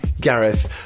Gareth